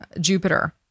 jupiter